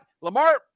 Lamar